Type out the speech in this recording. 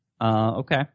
Okay